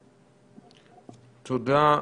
תודה.